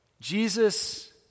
Jesus